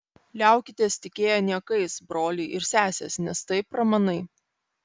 liaukitės tikėję niekais broliai ir sesės nes tai pramanai